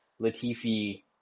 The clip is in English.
Latifi